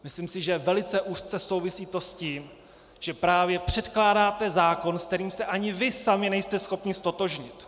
Myslím si, že velice úzce to souvisí s tím, že právě předkládáte zákon, se kterým se ani vy sami nejste schopni ztotožnit.